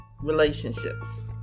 relationships